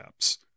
apps